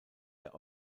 der